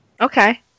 Okay